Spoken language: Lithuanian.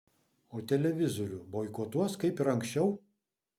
o televizorių boikotuos kaip ir anksčiau